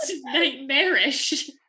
nightmarish